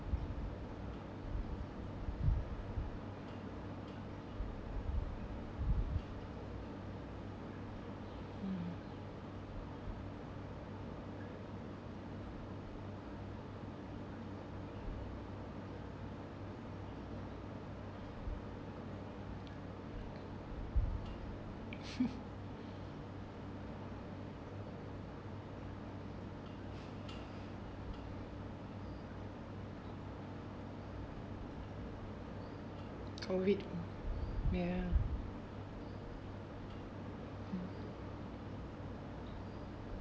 COVID ya